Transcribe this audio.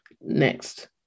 next